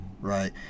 right